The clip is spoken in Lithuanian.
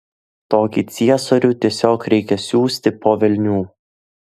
tokį ciesorių tiesiog reikia siųsti po velnių